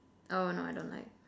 oh no I don't like